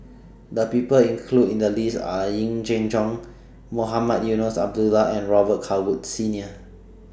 The People included in The list Are Yee Jenn Jong Mohamed Eunos Abdullah and Robet Carr Woods Senior